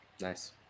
Nice